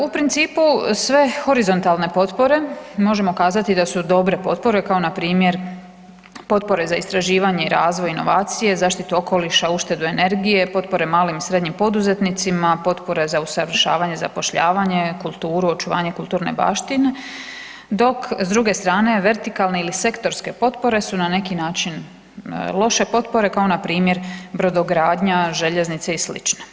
U principu sve horizontalne potpore možemo kazati da su dobre potpore, kao npr. potpore za istraživanje i razvoj inovacije, zaštitu okoliša, uštedu energije, potpore malim i srednjim poduzetnicima, potpore za usavršavanje, zapošljavanje, kulturu, očuvanje kulturne baštine dok s druge strane vertikalne ili sektorske potpore su na neki način loše potpore kao npr. brodogradnja željeznica i sl.